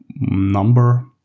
number